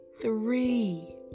three